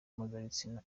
mpuzabitsina